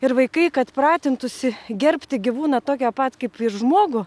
ir vaikai kad pratintųsi gerbti gyvūną tokią pat kaip ir žmogų